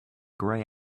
grey